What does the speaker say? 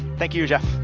thank you, jeff.